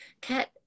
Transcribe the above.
cat